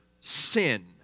sin